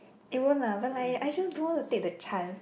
it won't lah but I I just don't want to take the chance